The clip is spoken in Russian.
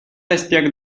аспект